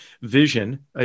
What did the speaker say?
vision